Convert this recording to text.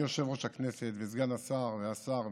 יושב-ראש הכנסת וסגן השר והשר וכולם: